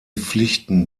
pflichten